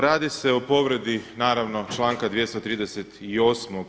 Radi se o povredi naravno članka 238.